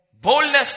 boldness